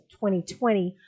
2020